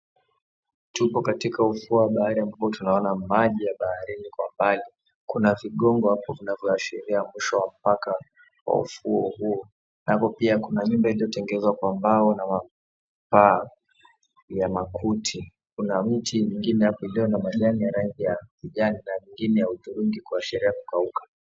Tupo katika ufuo wa bahari ambapo tunaona maji ya baharini kwa mbali. Kuna vigongo hapo vinavyoashiria mwisho wa mpaka wa ufuo huo. Nako pia kuna nyumba iliyotengezwa kwa mbao na mapaa ya makuti. Kuna miti mingine hapo iliyo na rangi ya kijani na nyingine ya hudhurungi kuashiria kukauka.